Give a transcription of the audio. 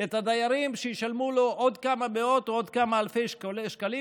את הדיירים שישלמו לו עוד כמה מאות או עוד כמה אלפי שקלים,